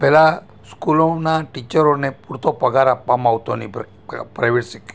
પહેલાં સ્કૂલોના ટીચરોને પૂરતો પગાર આપવામાં આવતો નહીં પ્રાઈવેટ